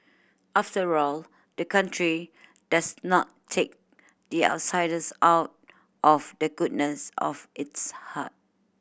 after all the country does not take the outsiders out of the goodness of its heart